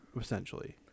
essentially